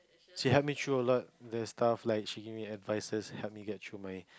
she helped me through a lot the stuffs like she give me advices help me get through my